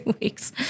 weeks